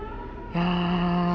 !wah!